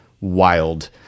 wild